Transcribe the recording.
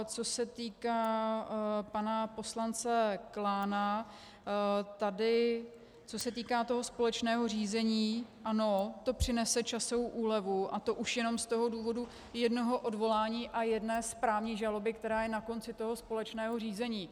Co se týká pana poslance Klána, tady co se týká toho společného řízení, ano, to přinese časovou úlevu, a to už z jenom z toho důvodu jednoho odvolání a jedné správní žaloby, která je na konci toho společného řízení.